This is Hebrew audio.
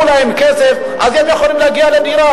תודה רבה.